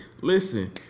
Listen